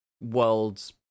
world's